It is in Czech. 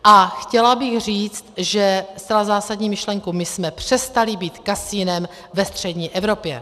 A chtěla bych říct zcela zásadní myšlenku my jsme přestali být kasinem ve střední Evropě.